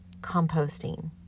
composting